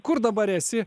kur dabar esi